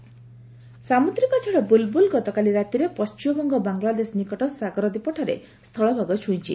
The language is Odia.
ବୁଲ୍ବୁଲ୍ ସାମୁଦ୍ରିକ ଝଡ଼ ବୁଲ୍ବୁଲ୍ ଗତକାଲି ରାତିରେ ପଣ୍ଟିମବଙ୍ଗ ବାଂଲାଦେଶ ନିକଟ ସାଗରଦ୍ୱୀପଠାରେ ସ୍ଥଳଭାଗ ଛୁଇଁଛି